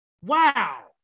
Wow